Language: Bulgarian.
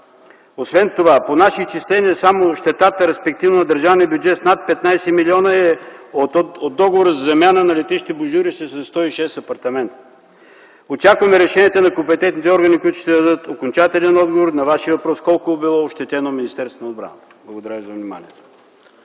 Освен това по наши изчисления, само щетата на държавния бюджет е над 15 милиона и от договори за замяна на летище Божурище със 106 апартамента. Очакваме решенията на компетентните органи, които ще дадат окончателен отговор на Вашия въпрос с колко е било ощетено Министерството на отбраната. Благодаря ви за вниманието.